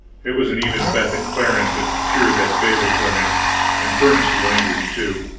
it was an even bet that clarence had procured that favor for me and furnished the language, too.